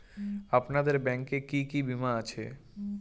আপনাদের ব্যাংক এ কি কি বীমা আছে?